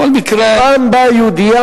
בכל מקרה, פעם באה יהודייה